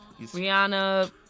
Rihanna